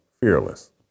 Fearless